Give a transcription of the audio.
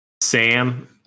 Sam